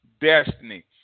Destiny